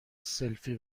سلفی